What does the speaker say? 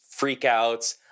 freakouts